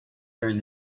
during